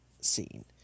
scene